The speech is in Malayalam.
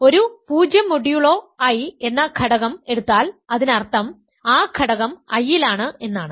ഒരു 0 മൊഡ്യൂളോ I എന്ന ഘടകം എടുത്താൽ അതിനർത്ഥം ആ ഘടകം I ലാണ് എന്നാണ്